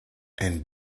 and